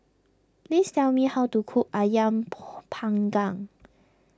please tell me how to cook Ayam Panggang